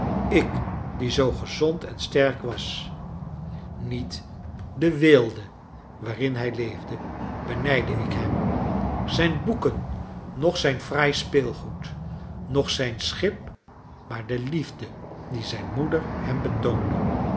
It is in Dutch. ik die zoo gezond en sterk was niet de weelde waarin hij leefde benijdde ik hem zijn boeken noch zijn fraai speelgoed noch zijn schip maar de liefde die zijn moeder hem betoonde